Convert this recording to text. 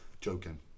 Joking